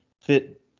fit